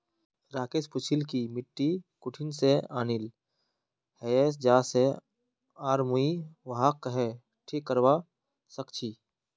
राकेश पूछिल् कि मिट्टी कुठिन से आनिल हैये जा से आर मुई वहाक् कँहे ठीक करवा सक छि